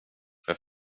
för